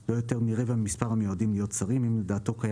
לא יותר מרבע ממספר המיועדים להיות שרים אם לדעתו קיים